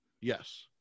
Yes